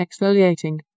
exfoliating